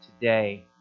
today